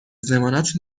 ضمانت